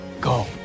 go